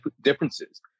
differences